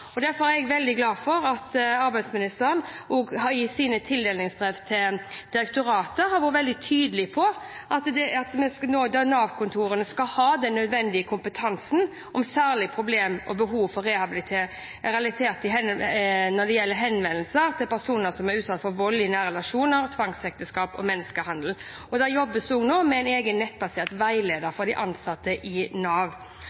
Derfor er jeg veldig glad for at arbeidsministeren i sine tildelingsbrev til direktoratet har vært veldig tydelig på at Nav-kontorene skal ha den nødvendige kompetansen om særlige problemer og behov for rehabilitering når det gjelder henvendelser til personer som er utsatt for vold i nære relasjoner, tvangsekteskap og menneskehandel. Det jobbes også nå med en egen nettbasert veileder for de ansatte i Nav.